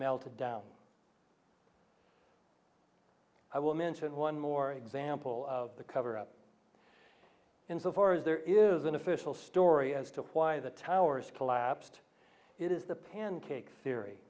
melted down i will mention one more example of the cover up in so far as there is an official story as to why the towers collapsed it is the pancake theory